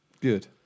Good